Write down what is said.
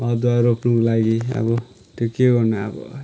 अदुवा रोप्नुको लागि अब त्यो के गर्नु अब